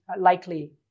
likely